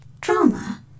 Drama